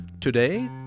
Today